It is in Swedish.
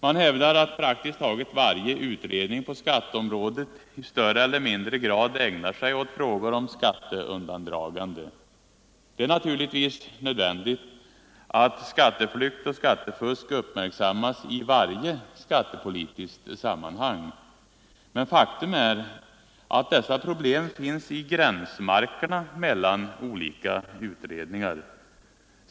Man hävdar att praktiskt taget varje utredning på skatteområdet i större eller mindre grad ägnar sig åt frågor om skatteundandragande. Det är naturligtvis nödvändigt att skatteflykt och skattefusk uppmärksammas i varje skattepolitiskt sammanhang. Men faktum är att dessa problem finns i gränsmarkerna mellan olika utredningar.